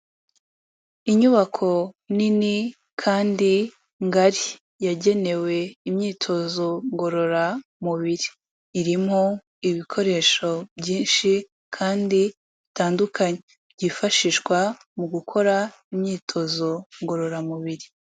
Inyubako nini kandi ngari yagenewe imyitozo ngororamubiri, irimo ibikoresho byinshi kandi bitandukanye byifashishwa mu gukora imyitozo ngororamubiri.